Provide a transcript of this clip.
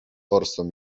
forsą